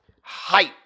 hype